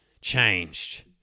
changed